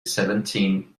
seventeen